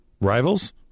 Rivals